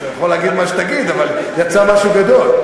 אתה יכול להגיד מה שתגיד, אבל יצא משהו גדול.